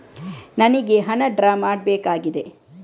ನನಿಗೆ ಹಣ ಡ್ರಾ ಮಾಡ್ಬೇಕಾಗಿದೆ